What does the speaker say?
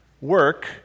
work